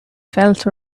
felt